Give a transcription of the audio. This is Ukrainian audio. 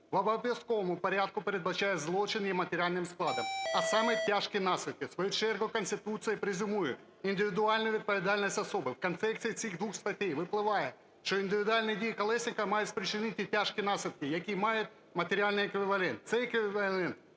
в обов'язковому порядку передбачає: злочин є матеріальним складом, а саме тяжкі наслідки. В свою чергу Конституція презюмує: індивідуальна відповідальність особи в контексті цих двох статей випливає, що індивідуальні дії Колєснікова мають спричини тяжкі наслідки, які мають матеріальний еквівалент. Цей еквівалент